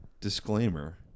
disclaimer